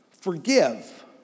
forgive